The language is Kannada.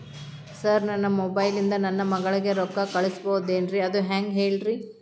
ಸರ್ ನನ್ನ ಮೊಬೈಲ್ ಇಂದ ನನ್ನ ಮಗಳಿಗೆ ರೊಕ್ಕಾ ಕಳಿಸಬಹುದೇನ್ರಿ ಅದು ಹೆಂಗ್ ಹೇಳ್ರಿ